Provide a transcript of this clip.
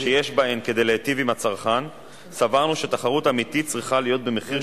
שבו הצרכן מנוע מלעבור בין חברות ולבחור את החברה